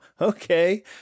okay